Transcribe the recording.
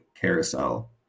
carousel